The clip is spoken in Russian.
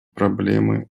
проблемы